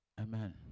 Amen